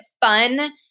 fun